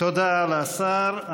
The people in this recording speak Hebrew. תודה לשר.